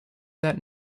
that